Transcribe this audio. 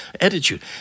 Attitude